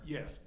Yes